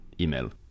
email